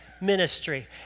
ministry